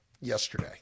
yesterday